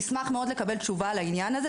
נשמח מאוד לקבל תשובה לעניין הזה.